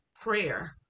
prayer